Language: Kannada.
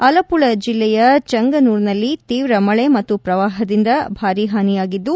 ಅಲಮಳ ಜಿಲ್ಲೆಯ ಜೆಂಗನೂರ್ನಲ್ಲಿ ತೀವ್ರ ಮಳೆ ಮತ್ತು ಶ್ರವಾಹದಿಂದ ಭಾರಿ ಹಾನಿಯಾಗಿದ್ದು